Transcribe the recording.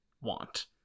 want